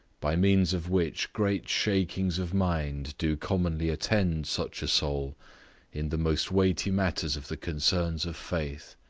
by means of which great shakings of mind do commonly attend such a soul in the most weighty matters of the concerns of faith,